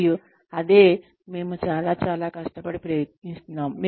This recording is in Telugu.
మరియు అదే మేము చాలా చాలా కష్టపడి ప్రయత్నిస్తాము